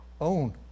own